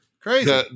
Crazy